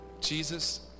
Jesus